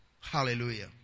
Hallelujah